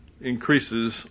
increases